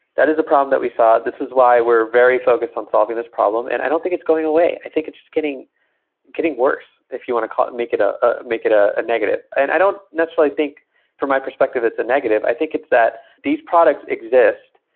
that is a problem that we saw. this is why we're very focused on solving this problem, and i don't think it's going away. i think it's it's getting getting worst, if you want to make it ah ah make it a negative. and i don't know necessarily think from my perspective it's a negative. i think it's that these products exist.